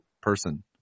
person